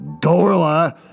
Gorla